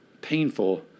painful